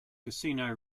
casino